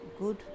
good